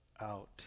out